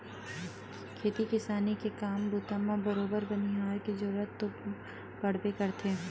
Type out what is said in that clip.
खेती किसानी के काम बूता म बरोबर बनिहार के जरुरत तो पड़बे करथे